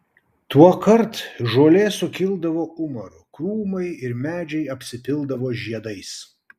tuokart žolė sukildavo umaru krūmai ir medžiai apsipildavo žiedais